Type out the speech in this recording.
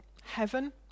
heaven